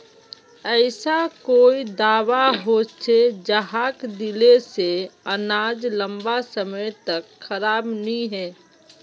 ऐसा कोई दाबा होचे जहाक दिले से अनाज लंबा समय तक खराब नी है?